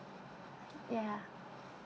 ya